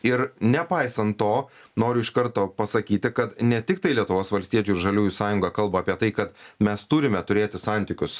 ir nepaisant to noriu iš karto pasakyti kad ne tiktai lietuvos valstiečių ir žaliųjų sąjunga kalba apie tai kad mes turime turėti santykius